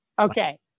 Okay